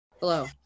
Hello